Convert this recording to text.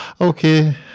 Okay